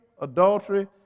adultery